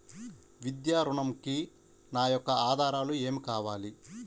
విద్యా ఋణంకి నా యొక్క ఆధారాలు ఏమి కావాలి?